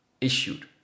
issued